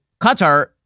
Qatar